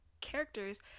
characters